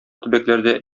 төбәкләрдә